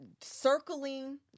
circling